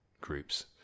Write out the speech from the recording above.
groups